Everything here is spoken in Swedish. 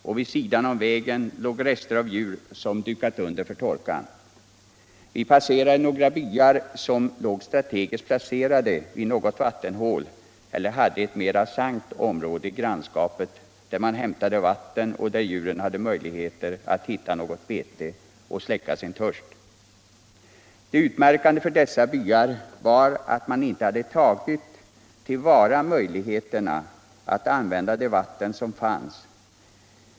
och vid sidan av vägen låg rester av djur, som dukat under för torkan. Vi passerade också några byar som låg strategiskt placerade vid något vattenhål eller hade ett mer sankt område i grannskapet, där man hämtade vatten och där djuren kunde hitta något bete och släcka sin törst. Det utmärkande för dessa byar var att man inte hade tagit till vara möjligheterna att använda det vatten som fanns.